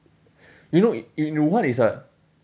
you know in in wuhan it's a